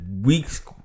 weeks